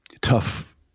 tough